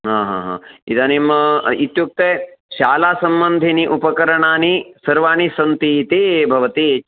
हा हा हा इदानीम् इत्युक्ते शालासम्बन्धीनि उपकरणानि सर्वाणि सन्ति इति भवति